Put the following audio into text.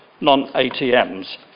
non-ATMs